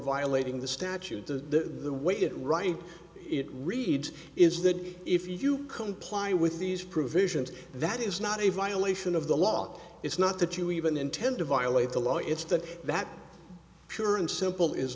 violating the statute the way it right it reads is that if you comply with these provisions that is not a violation of the law it's not that you even intend to violate the law it's that that pure and simple is